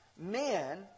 men